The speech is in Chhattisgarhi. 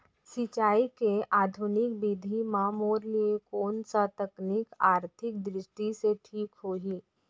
सिंचाई के आधुनिक विधि म मोर लिए कोन स तकनीक आर्थिक दृष्टि से ठीक होही?